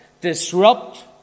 disrupt